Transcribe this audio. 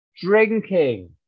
drinking